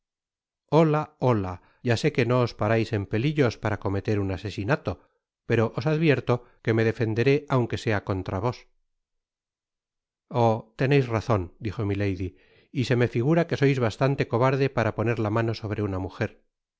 fiola hola ya sé que no'os párais en pelillos para cometer un asesinato pero os advierto que me defenderé aunque sea contra vos oh teneis razon dijo milady y se me figura que sois bastante cobarde para poner la mano sobre una mujer